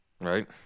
right